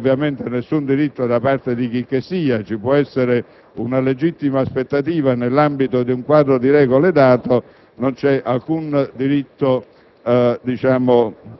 Non c'è ovviamente nessun diritto da parte di chicchessia; ci può essere una legittima aspettativa nell'ambito di un quadro di regole dato, ma non c'è alcun diritto